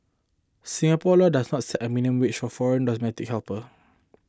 Singapore laws does not set a minimum wage for foreign domestic helper